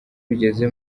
bigeze